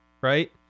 right